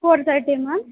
four thirty ma'am